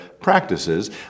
practices